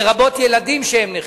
לרבות ילדים נכים.